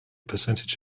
percentage